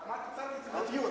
אמרתי: קצת יצירתיות.